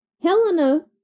Helena